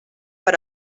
per